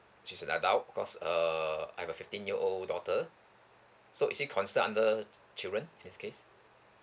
she's an adult because err I have a fifteen year old daughter so is she consider under children in this case